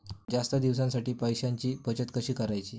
जास्त दिवसांसाठी पैशांची बचत कशी करायची?